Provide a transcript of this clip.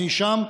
אני שם,